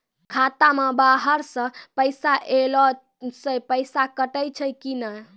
खाता मे बाहर से पैसा ऐलो से पैसा कटै छै कि नै?